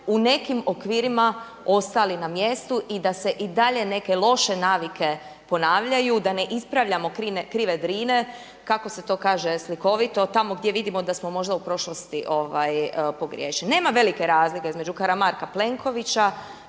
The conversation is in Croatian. u nekim okvirima ostali na mjestu i da se i dalje neke loše navike ponavljaju, da ne ispravljamo krive Drine kako se to kaže slikovito, tamo gdje vidimo da smo možda u prošlosti pogriješili. Nema velike razlike između Karamarka-Plenkovića,